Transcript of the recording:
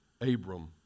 Abram